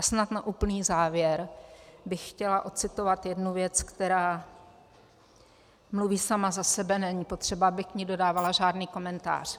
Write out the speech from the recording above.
Snad na úplný závěr bych chtěla ocitovat jednu věc, která mluví sama za sebe, není potřeba, abych k ní dodávala žádný komentář.